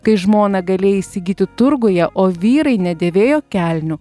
kai žmoną galėjai įsigyti turguje o vyrai nedėvėjo kelnių